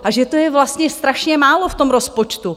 A že to je vlastně strašně málo v tom rozpočtu.